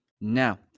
Now